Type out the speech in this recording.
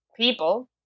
People